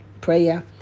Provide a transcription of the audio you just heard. prayer